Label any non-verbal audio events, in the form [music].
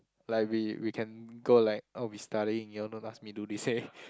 like we we can go like oh we studying you all don't ask me do this eh [breath]